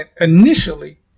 initially